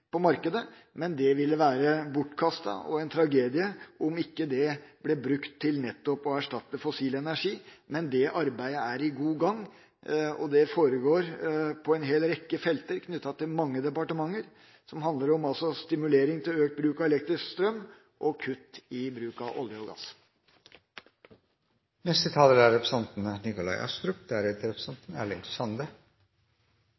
på markedet, men det ville være bortkastet og en tragedie om ikke det ble brukt til nettopp å erstatte fossil energi. Det arbeidet er godt i gang. Det foregår på en hel rekke felter knyttet til mange departementer og handler om stimulering til økt bruk av elektrisk strøm og kutt i bruk av olje og